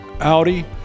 Audi